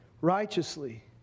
righteously